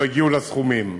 לא הגיעו לסכומים.